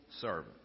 servant